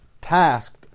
tasked